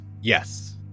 yes